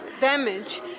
damage